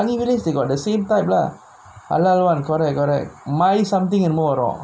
changi village got the same type lah halal [one] correct correct so my something என்னமோ வரும்:ennamo varum